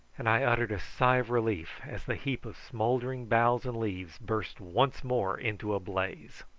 and i uttered a sigh of relief as the heap of smouldering boughs and leaves burst once more into a blaze.